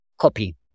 copy